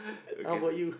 how about you